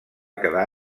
quedar